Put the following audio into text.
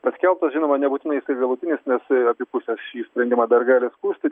paskelbtas žinoma nebūtinai jisai galutinis nes abi pusės šį sprendimą dar gali skųsti